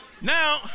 now